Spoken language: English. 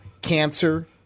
cancer